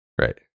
right